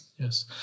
Yes